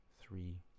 three